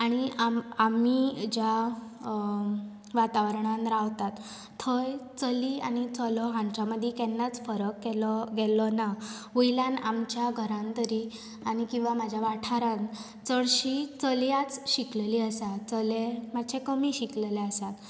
आनी आमी ज्या वातावरणांत रावतात थंय चली आनी चलो हांच्या मदी केन्नाच फरक केल्लो गेल्लो ना वयल्यान आमच्या घरांत तरी आनी किंवा म्हज्या वाठारान चडशीं चलयांच शिकलेली आसा चले मातशें कमी शिकलेले आसात